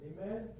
Amen